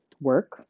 work